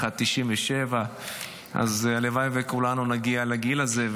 אחד 97. אז הלוואי שכולנו נגיע לגיל הזה,